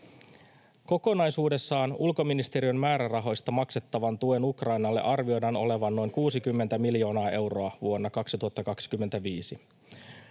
Kokonaisuudessaan ulkoministeriön määrärahoista maksettavan tuen Ukrainalle arvioidaan olevan noin 60 miljoonaa euroa vuonna 2025.